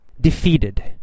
defeated